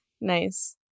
Nice